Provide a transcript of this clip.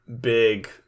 big